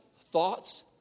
Thoughts